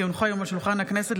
כי הונחו היום על שולחן הכנסת,